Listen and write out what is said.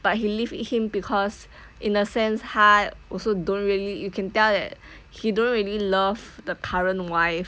but he leave him because in a sense 他 also don't really you can tell that he don't really love the current wife